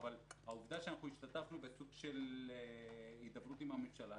אבל העובדה שהשתתפנו בסוג של הידברות עם הממשלה,